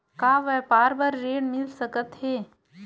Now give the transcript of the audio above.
का व्यापार बर ऋण मिल सकथे?